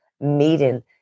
meeting